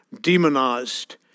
demonized